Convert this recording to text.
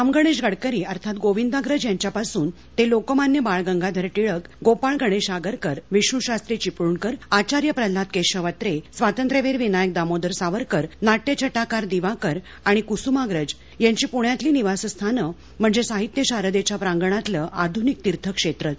राम गणेश गडकरी अर्थात गोविंदाप्रज यांच्यापासून ते लोकमान्य बाळ गंगाधर टिळक गोपाळ गणेश आगरकर विष्णुशास्त्री चिपळूणकर आचार्य प्रल्हाद केशव अत्रे स्वातंत्र्यवीर विनायक दामोदर सावरकर नाट्यछटाकार दिवाकर आणि कुसुमाग्रज यांची पुण्यातली निवासस्थानं म्हणजे साहित्य शारदेच्या प्रांगणातलं आधुनिक तीर्थक्षेत्रच